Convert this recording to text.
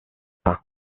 peint